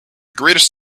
greatest